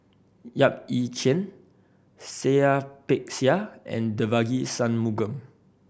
Yap Ee Chian Seah Peck Seah and Devagi Sanmugam